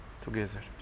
together